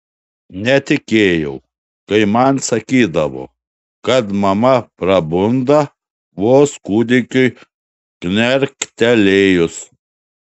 netikėjau kai man sakydavo kad mama prabunda vos kūdikiui knerktelėjus